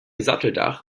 satteldach